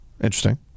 Interesting